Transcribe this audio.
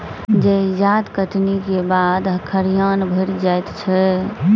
जजाति कटनीक बाद खरिहान भरि जाइत छै